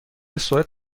سوئد